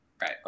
Right